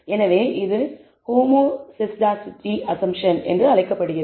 எனவே இது homoscedasticity assumption என்று அழைக்கப்படுகிறது